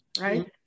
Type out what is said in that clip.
right